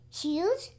huge